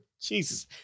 Jesus